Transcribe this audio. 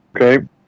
Okay